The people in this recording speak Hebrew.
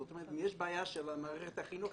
זאת אומרת: אם יש בעיה של מערכת החינוך,